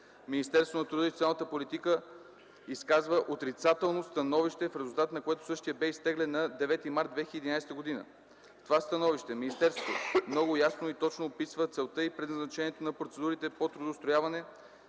Министерството на труда и социалната политика изказва отрицателно становище, в резултат на което същият бе изтеглен на 9 март 2011 г. В това становище министерството много ясно и точно описва целта и предназначението на процедурата по трудоустрояване,